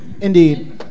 Indeed